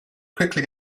quickly